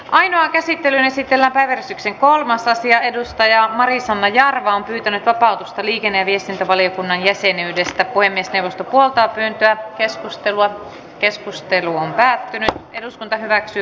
ainoan käsittelyyn esitellään päiväjärjestyksen kolmas asia edustaja marisanna ja arvaa miten liikenne ja viestintävaliokunnan jäsenyydestä kuin nestemäistä puolta pienempiä keskustelua keskustelu on päättynyt eduskunta hyväksyi vapautuspyynnön